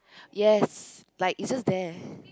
yes like it's just there